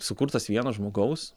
sukurtas vieno žmogaus